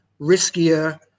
riskier